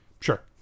Sure